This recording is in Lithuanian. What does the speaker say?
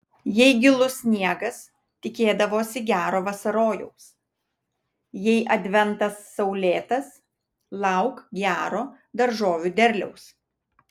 jei gilus sniegas tikėdavosi gero vasarojaus jei adventas saulėtas lauk gero daržovių derliaus